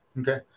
Okay